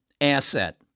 asset